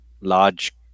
large